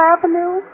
Avenue